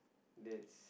that's